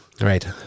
Right